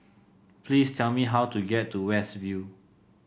please tell me how to get to West View